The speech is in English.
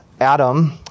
Adam